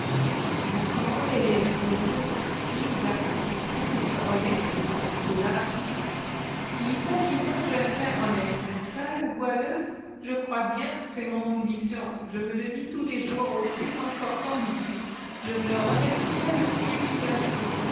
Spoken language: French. mais comment lélèverez vous fille ou garçon il faut qu'il soit honnête et pour cela il faut qu'il mange un pain honnête n'est-ce pas la goualeuse je crois bien c'est mon ambition je me le dis tous les jours aussi en sortant d'ici je ne remettrai pas le pied sous un pont